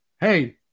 Hey